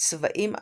ובצבעים עזים.